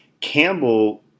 Campbell